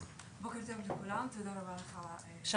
בוקר טוב לכולם, תודה רבה לך אלון.